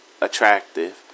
attractive